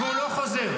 כן, על אלה את מגינה.